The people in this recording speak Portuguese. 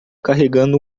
carregando